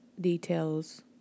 details